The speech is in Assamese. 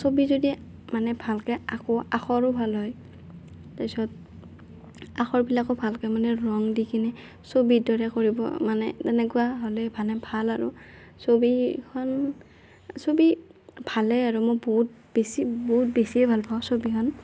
ছবি যদি মানে ভালকৈ আঁকো আখৰো ভাল হয় তাৰপিছত আখৰবিলাকো ভালকৈ মানে ৰং দি কিনে ছবিৰ দৰে কৰিব মানে এনেকুৱা হ'লে মানে ভাল আৰু ছবিখন ছবি ভালে আৰু মোৰ বহুত বেছি বহুত বেছিয়ে ভাল পাওঁ ছবিখন